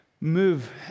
move